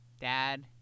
dad